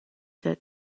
that